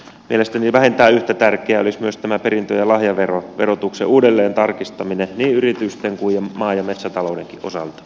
mielestäni vähintään yhtä tärkeää olisi myös tämä perintö ja lahjaverotuksen uudelleen tarkistaminen niin yritysten kun maa ja metsätalouden osalta